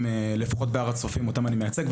לפחות בהר הצופים אותם אני מייצג,